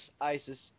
Isis